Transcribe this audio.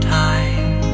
time